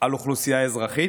על אוכלוסייה אזרחית,